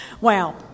Wow